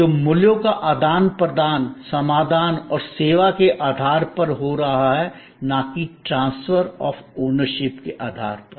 तो मूल्य का आदान प्रदान समाधान और सेवा के आधार पर हो रहा है न कि ट्रांसफर आफ ओनरशिप के आधार पर